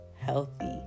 healthy